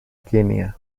kenia